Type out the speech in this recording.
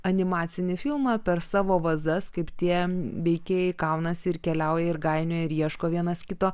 animacinį filmą per savo vazas kaip tie veikėjai kaunasi ir keliauja ir gainioja ir ieško vienas kito